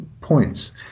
points